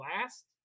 last